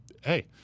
hey